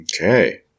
Okay